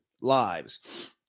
lives